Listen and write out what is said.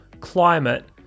climate